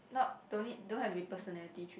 not don't need don't have to be personality trait